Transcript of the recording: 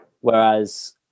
whereas